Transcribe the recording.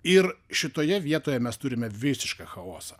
ir šitoje vietoje mes turime visišką chaosą